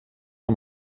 amb